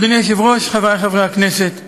אדוני היושב-ראש, חברי חברי הכנסת,